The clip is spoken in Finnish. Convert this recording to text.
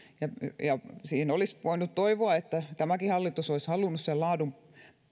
ja ja olisi voinut toivoa että tämäkin hallitus olisi halunnut sen laadun